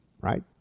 right